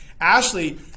Ashley